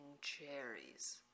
cherries